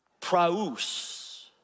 praus